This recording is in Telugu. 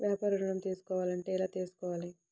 వ్యాపార ఋణం తీసుకోవాలంటే ఎలా తీసుకోవాలా?